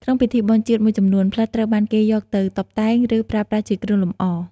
ក្នុងពិធីបុណ្យជាតិមួយចំនួន ផ្លិតត្រូវបានគេយកទៅតុបតែង ឬប្រើប្រាស់ជាគ្រឿងលម្អ។